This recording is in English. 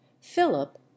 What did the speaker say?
Philip